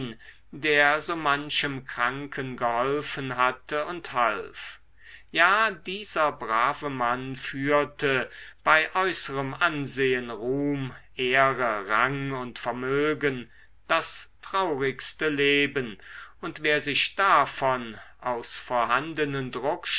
der so manchem kranken geholfen hatte und half ja dieser brave mann führte bei äußerem ansehen ruhm ehre rang und vermögen das traurigste leben und wer sich davon aus vorhandenen